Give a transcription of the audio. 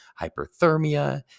hyperthermia